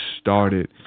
started